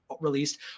released